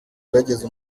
warageze